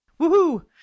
Woohoo